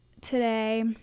today